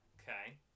Okay